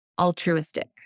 altruistic